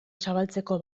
zabaltzeko